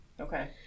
okay